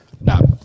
No